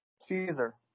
Caesar